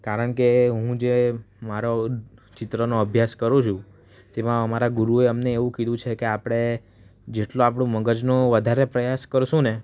કારણ કે હું જે મારો ચિત્રનો અભ્યાસ કરું છું તેમાં અમારા ગુરુએ અમને એવું કીધું છે આપણે જેટલો આપણો મગજનો વધારે પ્રયાસ કરીશું ને